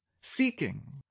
seeking